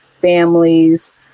families